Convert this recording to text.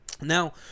Now